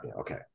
Okay